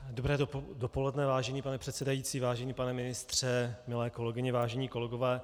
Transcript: Dobré dopoledne, vážený pane předsedající, vážený pane ministře, milé kolegyně, vážení kolegové.